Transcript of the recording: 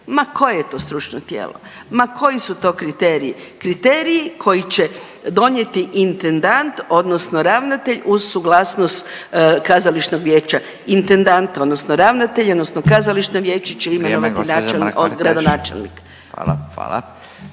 Ma koje je to stručno tijelo? Ma koji su to kriteriji? Kriteriji koji će donijeti intendant odnosno ravnatelj uz suglasnost kazališnog vijeća. Intendant odnosno ravnatelj odnosno kazališno vijeće će imenovati načelnik, gradonačelnik.